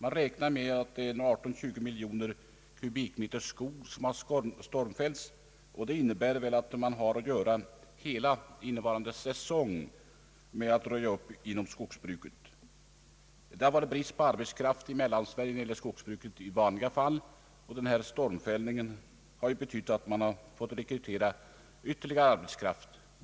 18—20 miljoner kubikmeter skog beräknas ha stormfällts. Det innebär att man under hela den innevarande säsongen har full sysselsättning med att röja upp inom skogsbruket. Det har i vanliga fall rått brist på arbetskraft inom skogsbruket i Mellansverige. Denna stormfällning har medfört att ytterligare arbetskraft fått rekryteras.